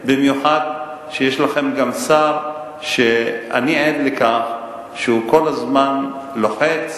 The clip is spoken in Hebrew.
במיוחד שיש לכם גם שר שאני עד לכך שהוא כל הזמן לוחץ